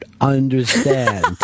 understand